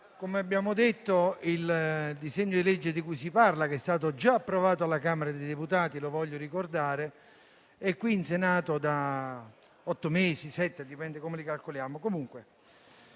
Come abbiamo detto, il disegno di legge di cui si parla, che è stato già approvato dalla Camera dei deputati (lo voglio ricordare), è qui in Senato da sette o otto mesi (dipende da come li calcoliamo).